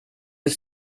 are